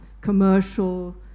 commercial